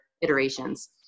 iterations